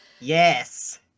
Yes